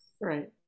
Right